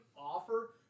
offer